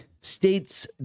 State's